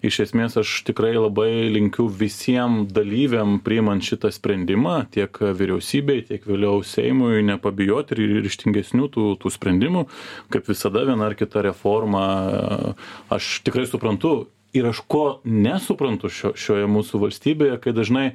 iš esmės aš tikrai labai linkiu visiem dalyviam priimant šitą sprendimą tiek vyriausybei tiek vėliau seimui nepabijot ryžtingesnių tų tų sprendimų kaip visada viena ar kita reforma aš tikrai suprantu ir aš ko nesuprantu šio šioje mūsų valstybėje kai dažnai